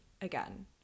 again